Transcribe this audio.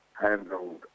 handled